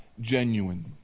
genuine